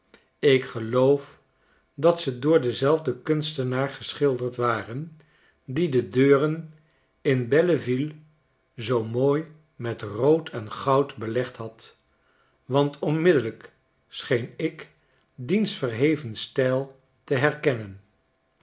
ik geloof dat ze door denzelfden kunstenaar geschilderd waren die de deuren in b e e v i e zoo mooi met rood en goud belegd had want onmiddellijk scheen ik diens verheven stijl te herkennen